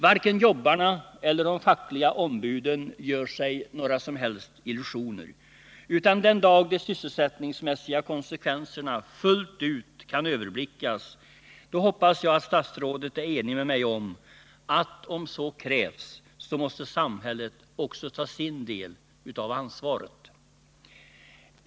Varken jobbarna eller de fackliga ombuden gör sig några illusioner. Den dag de sysselsättningsmässiga konsekvenserna fullt ut kan överblickas måste samhället också, om så krävs, ta sin del av ansvaret — det hoppas jag statsrådet är enig med mig om.